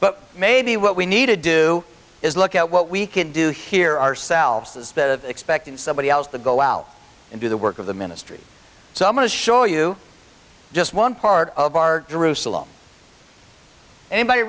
but maybe what we need to do is look at what we can do here ourselves as the expecting somebody else to go out and do the work of the ministry so i'm going to show you just one part of our jerusalem anybody